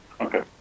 Okay